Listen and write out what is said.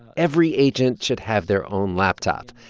every agent should have their own laptop.